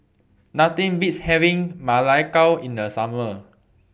Nothing Beats having Ma Lai Gao in The Summer